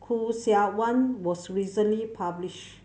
Khoo Seok Wan was recently published